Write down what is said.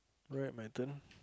right my turn